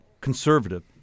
conservative